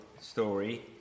story